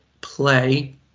play